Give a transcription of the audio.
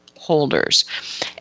holders